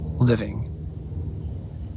living